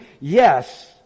Yes